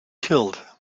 killed